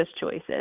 choices